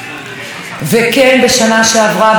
אנחנו או-טו-טו מתקרבים לתאריך הזה,